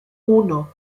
uno